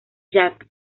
jack